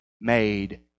made